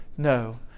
No